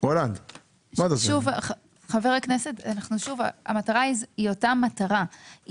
שוב חבר הכנסת, המטרה היא אותה מטרה.